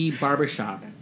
Barbershop